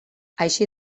així